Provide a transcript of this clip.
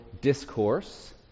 discourse